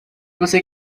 você